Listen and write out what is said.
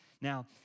Now